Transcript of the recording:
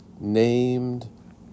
named